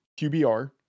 QBR